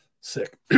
Sick